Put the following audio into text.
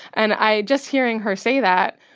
and i just hearing her say that,